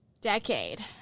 decade